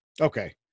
okay